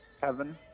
Kevin